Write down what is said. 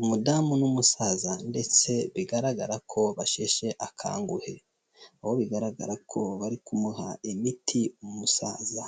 Umudamu n'umusaza ndetse bigaragara ko basheshe akanguhe. Aho bigaragara ko bari kumuha imiti umusaza